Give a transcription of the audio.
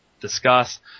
discuss